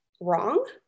wrong